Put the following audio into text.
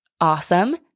awesome